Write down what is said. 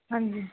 ਹਾਂਜੀ